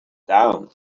down